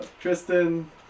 Tristan